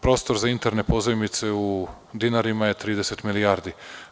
Prostor za interne pozajmice u dinarima je 30 milijardi.